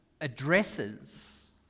addresses